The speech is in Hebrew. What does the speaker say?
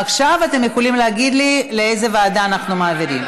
עכשיו אתם יכולים להגיד לי לאיזו ועדה אנחנו מעבירים.